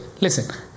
Listen